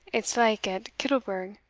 it's like, at kittlebrig.